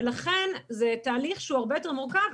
ולכן זה תהליך שהוא הרבה יותר מורכב.